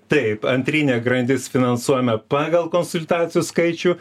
taip antrinė grandis finansuojame pagal konsultacijų skaičių